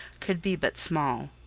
could be but small.